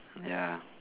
ya